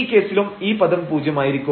ഈ കേസിലും ഈ പദം പൂജ്യമായിരിക്കും